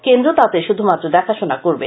কেন্দ্র তাতে শুধুমাত্র দেখাশোনা করবে